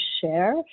share